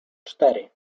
cztery